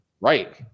right